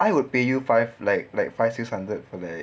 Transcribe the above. I would pay you five like like five six hundred for like